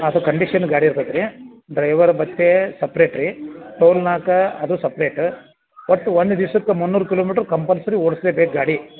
ಅದು ಕಂಡೀಷನ್ ಗಾಡಿ ಇರ್ತದ್ ರೀ ಡ್ರೈವರ್ ಭತ್ಯೆ ಸಪ್ರೇಟ್ ರೀ ಟೋಲ್ನಾಕ ಅದು ಸಪ್ರೇಟು ಒಟ್ಟು ಒಂದು ದಿವ್ಸಕ್ಕೆ ಮುನ್ನೂರು ಕಿಲೋಮೀಟ್ರ್ ಕಂಪಲ್ಸರಿ ಓಡಿಸ್ಲೇ ಬೇಕು ಗಾಡಿ